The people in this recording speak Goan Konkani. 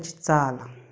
ताची चाल